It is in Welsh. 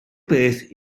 beth